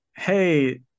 Hey